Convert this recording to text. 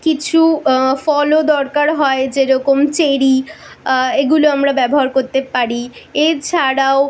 কিছু ফলও দরকার হয় যেরকম চেরি এগুলো আমরা ব্যবহার করতে পারি এছাড়াও